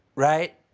right?